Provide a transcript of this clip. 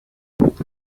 uko